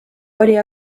oli